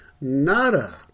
Nada